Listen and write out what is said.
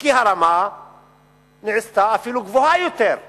כי הרמה נעשתה גבוהה אפילו יותר.